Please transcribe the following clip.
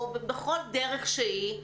ובכל דרך שהיא,